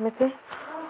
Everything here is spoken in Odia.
ଏମିତି